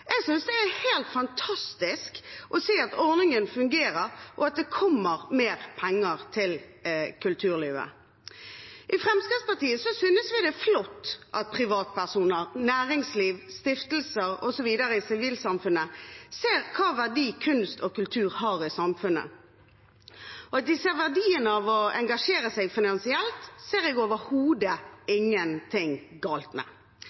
Jeg synes det er helt fantastisk å se at ordningen fungerer, og at det kommer mer penger til kulturlivet. I Fremskrittspartiet synes vi det er flott at privatpersoner, næringsliv, stiftelser osv. i sivilsamfunnet ser hva for en verdi kunst og kultur har i samfunnet. At de ser verdien av å engasjere seg finansielt, ser jeg overhodet ingenting galt med.